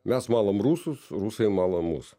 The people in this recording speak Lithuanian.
mes malam rusus rusai mala mus